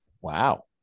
Wow